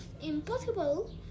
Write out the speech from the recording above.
impossible